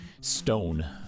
stone